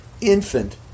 infant